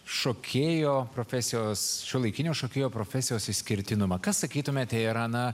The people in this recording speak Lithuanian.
šokėjo profesijos šiuolaikinio šokėjo profesijos išskirtinumą ką sakytumėte yra na